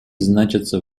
значатся